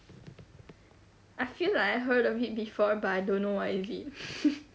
I feel like I heard of it before but I don't know what is it